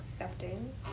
accepting